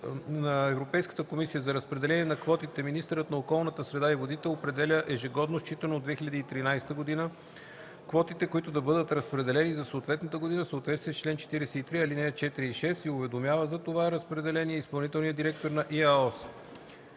на Европейската комисия за разпределение на квотите министърът на околната среда и водите определя ежегодно считано от 2013 г. квотите, които да бъдат разпределени за съответната година в съответствие с чл. 43, ал. 4 и 6 и уведомява за това разпределение изпълнителния директор на ИАОС.